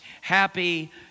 Happy